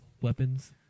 weapons